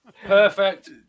Perfect